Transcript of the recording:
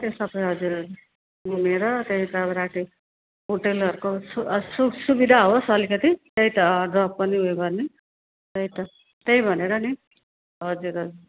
त्यो सबै हजुर हजुर घुमेर त्यहाँदेखि अब राति हुटेलहरूको सु सुख सुविधा होस् अलिकति त्यही त अँ र पनि उयो गर्ने त्यही त त्यही भनेर नि हजुर हजुर